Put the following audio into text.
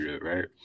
right